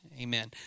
Amen